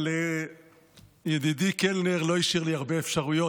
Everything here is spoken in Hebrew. אבל ידידי קלנר לא השאיר לי הרבה אפשרויות,